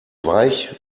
weich